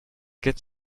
get